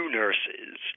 nurses